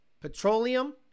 petroleum